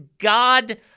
God